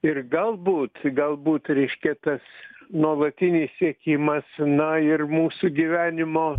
ir galbūt galbūt reiškia kas nuolatinis siekimas na ir mūsų gyvenimo